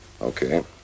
Okay